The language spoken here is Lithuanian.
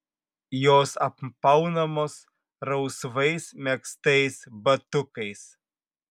jos apaunamos rausvais megztais batukais